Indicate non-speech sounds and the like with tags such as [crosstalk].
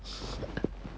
[laughs]